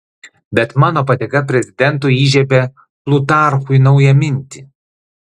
bet mano padėka prezidentui įžiebia plutarchui naują mintį